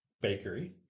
bakery